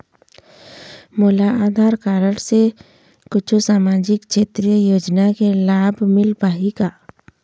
मोला आधार कारड से कुछू सामाजिक क्षेत्रीय योजना के लाभ मिल पाही का?